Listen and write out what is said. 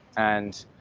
and